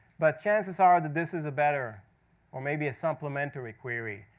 but chances are that this is a better or maybe a supplementary query,